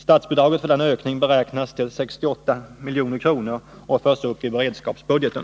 Statsbidraget för denna ökning beräknas till 68 milj.kr. och förs upp i beredskapsbudgeten.